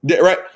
right